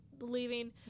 leaving